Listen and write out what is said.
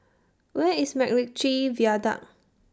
Where IS Macritchie Viaduct